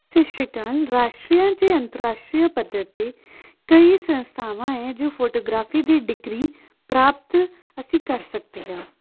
ਸਤਿ ਸ਼੍ਰੀ ਅਕਾਲ ਰਾਸ਼ਟਰੀ ਜਾਂ ਅੰਤਰਰਾਸ਼ਟਰੀ ਪੱਧਰ 'ਤੇ ਕਈ ਸੰਸਥਾਵਾਂ ਹੈ ਜੋ ਫੋਟੋਗ੍ਰਾਫੀ ਦੀ ਡਿਗਰੀ ਪ੍ਰਾਪਤ ਅਸੀਂ ਕਰ ਸਕਦੇ ਹਾਂ